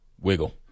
wiggle